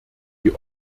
die